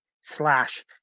slash